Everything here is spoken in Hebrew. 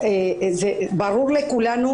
ברור לכולנו